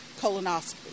colonoscopy